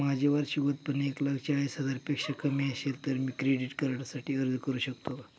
माझे वार्षिक उत्त्पन्न एक लाख चाळीस हजार पेक्षा कमी असेल तर मी क्रेडिट कार्डसाठी अर्ज करु शकतो का?